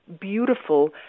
beautiful